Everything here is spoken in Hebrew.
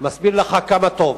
מסביר לך כמה זה טוב,